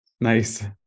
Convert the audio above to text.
nice